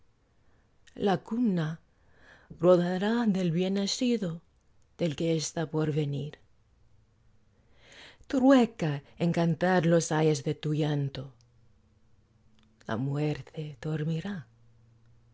la cuna rodará del bien nacido del que está por venir trueca en cantar los ayes de tu llanto la muerte dormirá